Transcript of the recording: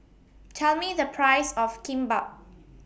Tell Me The Price of Kimbap